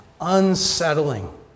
unsettling